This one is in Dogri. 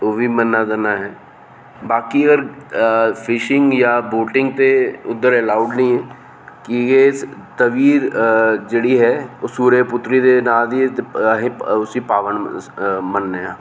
ओह् बी मन्ना तन्ना ऐ बाकी होर फिशिंग जां बोटिंग ते उद्धर अलौड़ नेईं ऐ कीजे एह् तवी जेह्ड़ी ऐ एह् सूर्य पुत्री दे नां दे कन्नै अस उसी कन्ने पावन मन्नने आं